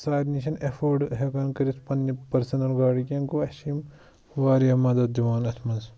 سارنی چھَنہٕ اٮ۪فٲڈ ہٮ۪کان کٔرِتھ پنٛنہِ پٔرسٕنَل گاڑِ کینٛہہ گوٚو اَسہِ چھِ یِم واریاہ مَدَت دِوان اَتھ منٛز